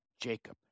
Jacob